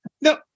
No